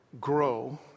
grow